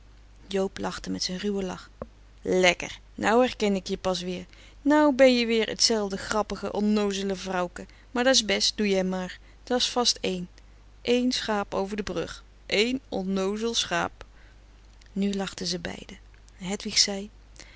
joob lachte met zijn ruwen lach lekker nou herken ik je pas weer nou ben je weer t zelfde grappige onnoozele vrouwke maar da's best doe jij maar da's vast één eén schaap over de brug eén onnoozel schaap nu lachten zij beiden hedwig zei